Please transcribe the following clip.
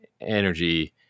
energy